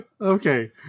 Okay